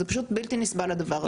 זה פשוט בלתי נסבל הדבר הזה.